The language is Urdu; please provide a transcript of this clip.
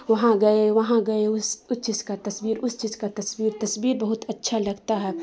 وہاں گئے وہاں گئے اس اس چیز کا تصویر اس چیز کا تصویر تصویر بہت اچھا لگتا ہے